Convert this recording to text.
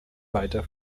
weiter